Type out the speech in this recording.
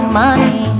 money